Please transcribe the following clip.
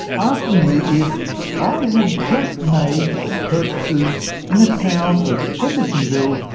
asking me if i had just made some purchases in the town of hendersonville,